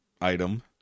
item